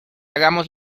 hagamos